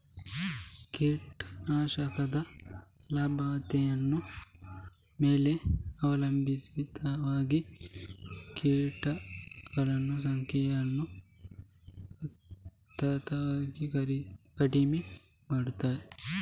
ಕೀಟ ನಾಶಕದ ಲಭ್ಯತೆಯ ಮೇಲೆ ಅವಲಂಬಿತವಾಗಿದ್ದು ಕೀಟಗಳ ಸಂಖ್ಯೆಯನ್ನು ತ್ವರಿತವಾಗಿ ಕಡಿಮೆ ಮಾಡುತ್ತದೆ